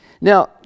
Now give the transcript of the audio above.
Now